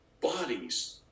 bodies